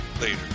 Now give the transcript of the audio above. later